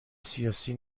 سیاسی